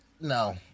No